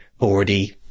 already